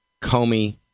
Comey